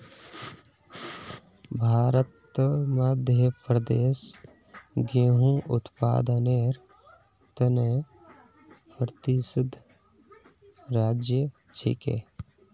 भारतत मध्य प्रदेश गेहूंर उत्पादनेर त न प्रसिद्ध राज्य छिके